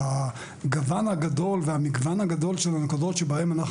והמגוון הגדול של נקודות בהן אנחנו